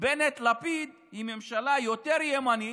בנט-לפיד היא ממשלה יותר ימנית,